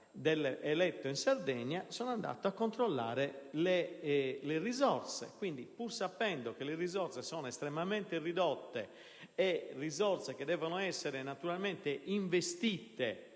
eletto in Sardegna, sono andato a controllare le risorse. Quindi, pur sapendo che le risorse sono estremamente ridotte e che devono essere naturalmente investite